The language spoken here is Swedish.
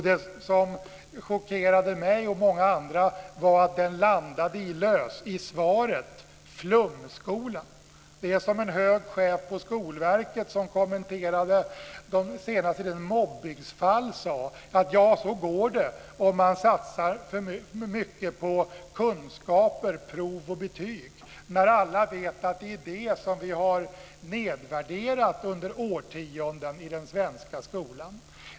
Det som chockerade mig och många andra var att den landade i svaret flumskola. Det är som en hög chef på Skolverket sade som kommenterade den senaste tidens mobbningsfall: Så går det om man satsar mycket på kunskaper, prov och betyg. Alla vet ju att det är det som vi har nedvärderat under årtionden i den svenska skolan.